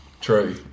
True